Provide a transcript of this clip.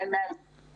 אמן, אמן, אמן.